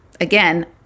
again